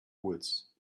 woods